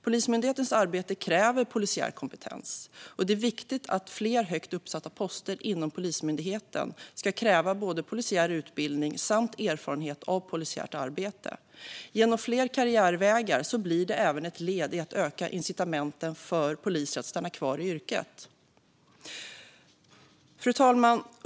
Polismyndighetens arbete kräver polisiär kompetens, och det är viktigt att fler högt uppsatta poster inom Polismyndigheten har krav på både polisiär utbildning och erfarenhet av polisiärt arbete. Genom fler karriärvägar blir det även ett led i att öka incitamenten för poliser att stanna kvar i yrket. Fru talman!